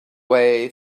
way